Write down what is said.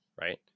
right